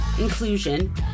inclusion